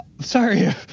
Sorry